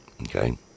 okay